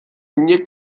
mnie